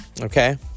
Okay